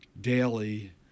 daily